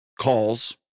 calls